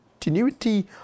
continuity